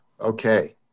Okay